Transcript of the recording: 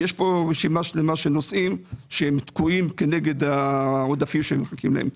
יש פה רשימה שלמה של נושאים שתקועים כנגד העודפים שמחכים להם.